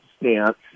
stance